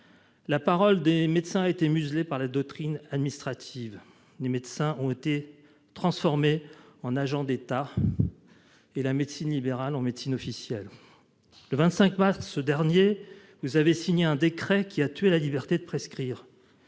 la parole des médecins a été muselée par la doctrine administrative. Les médecins ont été transformés en agents de l'État et la médecine libérale en médecine officielle. Le 25 mars dernier, vous avez signé un décret qui a tué la liberté de prescrire